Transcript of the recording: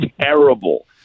terrible